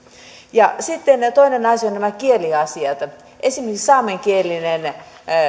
sitten toinen asia ovat nämä kieliasiat esimerkiksi saamenkielinen